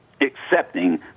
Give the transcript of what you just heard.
accepting